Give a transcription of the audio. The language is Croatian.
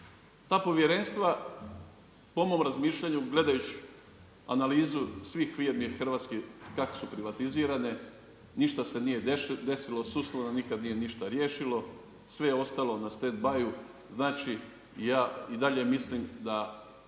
Ta povjerenstva po mom razmišljanju gledajući analizu svih firmi hrvatskih kako su privatizirane ništa se nije desilo, sustavno nikada nije ništa riješilo, sve je ostalo na stand by, znači ja i dalje mislim da